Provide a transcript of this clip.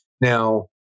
Now